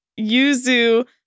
yuzu